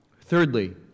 Thirdly